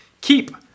Keep